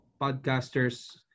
podcasters